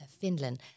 Finland